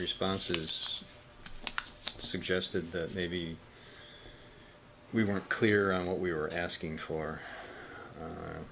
responses suggested that maybe we weren't clear on what we were asking